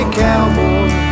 cowboy